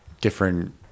different